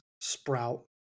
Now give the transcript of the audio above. Sprout